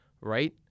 right